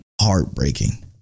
heartbreaking